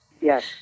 Yes